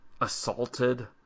assaulted